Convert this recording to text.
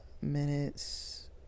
minutes